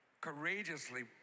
courageously